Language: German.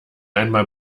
einmal